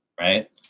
right